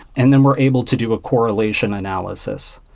and then we're able to do a correlation analysis.